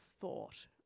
thought